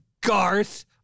Garth